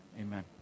Amen